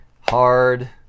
hard